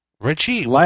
Richie